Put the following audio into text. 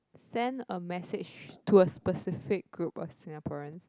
send a message to a specific group of Singaporeans